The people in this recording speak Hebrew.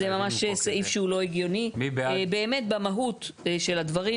זה ממש סעיף שהוא לא הגיוני באמת במהות של הדברים.